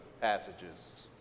passages